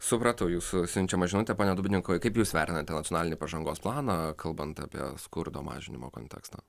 supratau jūsų siunčiamą žinutę pone dubnikovai kaip jūs vertinate nacionalinę pažangos planą kalbant apie skurdo mažinimo kontekstą